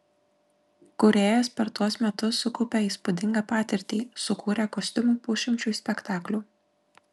kūrėjas per tuos metus sukaupė įspūdingą patirtį sukūrė kostiumų pusšimčiui spektaklių